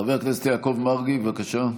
חבר הכנסת יעקב מרגי, בבקשה.